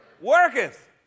Worketh